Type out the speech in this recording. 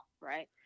right